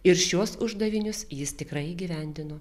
ir šiuos uždavinius jis tikrai įgyvendino